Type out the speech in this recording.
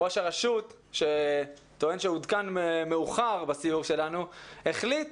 ראש הרשות טען שעודכן מאוחר לסיור שלנו, החליט